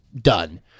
done